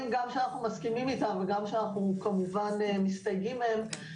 גם שאנחנו מסכימים איתם וגם שאנחנו כמובן מסתייגים מהם.